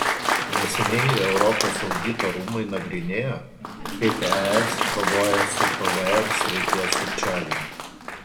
neseniai europos audito rūmai nagrinėjo kaip es kovoja su pvm srities sukčiavimu